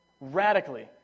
Radically